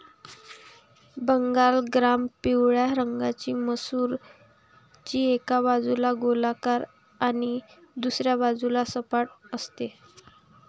Bengal gram पिवळ्या रंगाची मसूर, जी एका बाजूला गोलाकार आणि दुसऱ्या बाजूला सपाट असते